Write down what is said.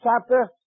chapter